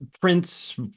Prince